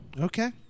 Okay